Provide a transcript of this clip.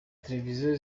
televiziyo